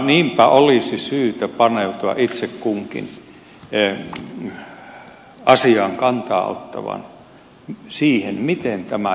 niinpä olisi syytä paneutua itse kunkin asiaan kantaa ottavan siihen miten tämä järjestelmä toimii